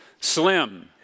Slim